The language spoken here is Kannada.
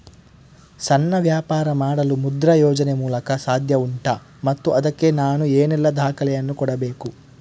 ಸಣ್ಣ ವ್ಯಾಪಾರ ಮಾಡಲು ಮುದ್ರಾ ಯೋಜನೆ ಮೂಲಕ ಸಾಧ್ಯ ಉಂಟಾ ಮತ್ತು ಅದಕ್ಕೆ ನಾನು ಏನೆಲ್ಲ ದಾಖಲೆ ಯನ್ನು ಕೊಡಬೇಕು?